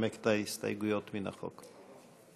לנמק את ההסתייגויות לחוק.